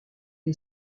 est